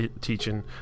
teaching